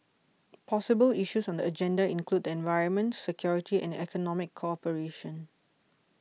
possible issues on the agenda include the environment security and economic cooperation